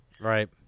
Right